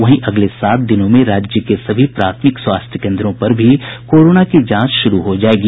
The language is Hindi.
वहीं अगले सात दिनों में राज्य के सभी प्राथमिक स्वास्थ्य केन्द्रों पर भी कोरोना की जांच शुरू हो जायेगी